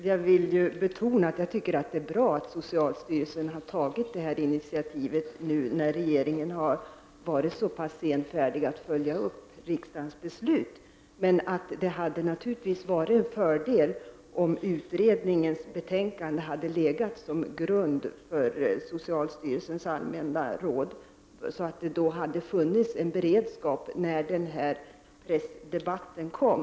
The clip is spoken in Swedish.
Herr talman! Jag vill betona att jag tycker att det är bra att socialstyrelsen har tagit detta initiativ nu när regeringen har varit så pass senfärdig med att följa upp riksdagens beslut. Det hade dock varit en fördel om utredningens betänkande hade legat som grund för socialstyrelsens allmänna råd, så att det hade funnits en beredskap när den här pressdebatten kom.